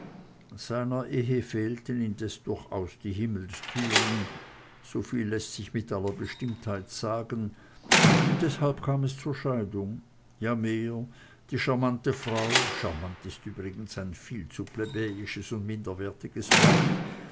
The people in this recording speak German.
ehe fehlten indes durchaus die himmelstüren soviel läßt sich mit aller bestimmtheit sagen und deshalb kam es zur scheidung ja mehr die scharmante frau scharmant ist übrigens ein viel zu plebejes und minderwertiges wort